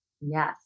Yes